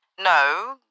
No